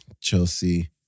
Chelsea